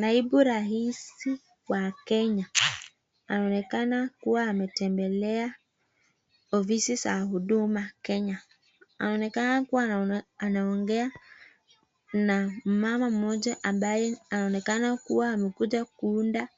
Naibu rais wa kenya anaonekana kuwa ametembelea ofisi za huduma kenya anaonekana kuwa anaongea na mama mmoja ambaye anaonekana amekuja kuunda